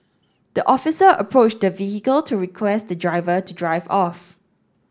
the officer approached the vehicle to request the driver to drive off